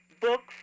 books